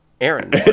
Aaron